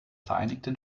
vereinigten